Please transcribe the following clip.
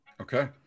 Okay